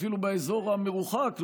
אפילו באזור המרוחק,